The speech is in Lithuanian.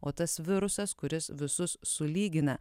o tas virusas kuris visus sulygina